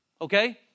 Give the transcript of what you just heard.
Okay